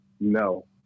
no